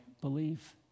believe